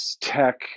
tech